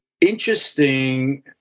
interesting